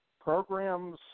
programs –